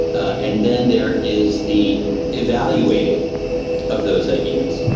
and then there is the evaluating of those ideas.